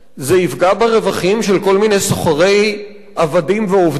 זה יפגע ברווחים של כל מיני סוחרי עבדים ועובדים